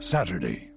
Saturday